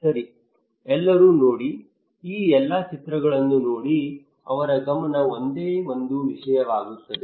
ಸರಿ ಎಲ್ಲರೂ ನೋಡಿ ಈ ಎಲ್ಲಾ ಚಿತ್ರಗಳನ್ನು ನೋಡಿ ಅವರ ಗಮನ ಒಂದೇ ಒಂದು ವಿಷಯವಾಗುತ್ತದೆ